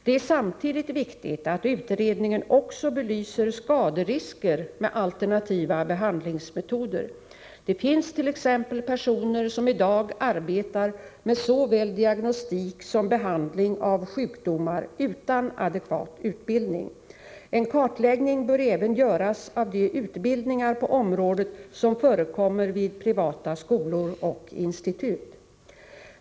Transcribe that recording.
Det är samtidigt viktigt att utredningen också belyser risken för skador i samband med alternativa behandlingsmetoder. Det finns t.ex. personer som i dag arbetar med såväl diagnostik som behandling av sjukdomar utan adekvat utbildning. En kartläggning bör även göras av de utbildningar på området som förekommer vid privata skolor och institut.